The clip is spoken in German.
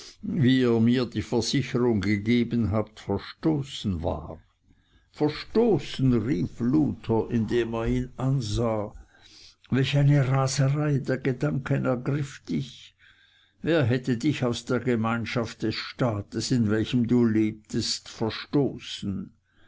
wie ihr mir die versicherung gegeben habt verstoßen war verstoßen rief luther indem er ihn ansah welch eine raserei der gedanken ergriff dich wer hätte dich aus der gemeinschaft des staats in welchem du lebtest verstoßen